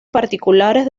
particulares